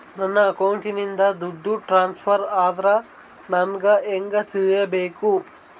ನನ್ನ ಅಕೌಂಟಿಂದ ದುಡ್ಡು ಟ್ರಾನ್ಸ್ಫರ್ ಆದ್ರ ನಾನು ಹೆಂಗ ತಿಳಕಬೇಕು?